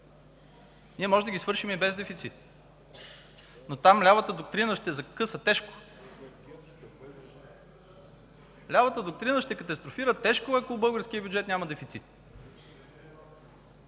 Ние можем да ги свършим и без дефицит. Но там лявата доктрина ще закъса тежко. Лявата доктрина ще катастрофира тежко, ако българският бюджет няма дефицит.